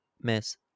miss